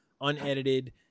unedited